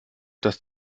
das